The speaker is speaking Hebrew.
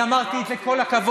אמרתי את זה: כל הכבוד,